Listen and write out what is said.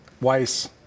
Weiss